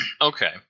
Okay